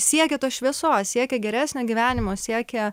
siekia tos šviesos siekia geresnio gyvenimo siekia